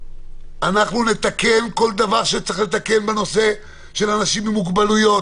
שאנחנו נתקן כל דבר שצריך לתקן בנושא של אנשים עם מוגבלויות,